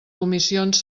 comissions